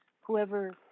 whoever